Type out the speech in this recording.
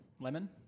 Lemon